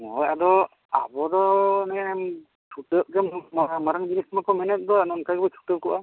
ᱦᱳᱭ ᱟᱫᱚ ᱟᱵᱚ ᱫᱚ ᱱᱤᱭᱟᱹ ᱪᱷᱩᱴᱟᱹᱜ ᱢᱟᱨᱟᱝ ᱢᱟᱨᱟᱝ ᱡᱤᱱᱤᱥᱢᱟ ᱠᱚ ᱢᱮᱱᱮᱫ ᱫᱚ ᱟᱨ ᱚᱱᱠᱟ ᱜᱮᱵᱚᱱ ᱪᱷᱩᱴᱟᱹᱣ ᱠᱚᱜᱼᱟ